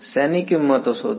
શેની કિંમત શોધવી